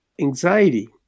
anxiety